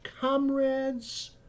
comrades